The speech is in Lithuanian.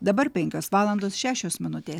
dabar penkios valandos šešios minutės